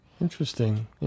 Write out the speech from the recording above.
Interesting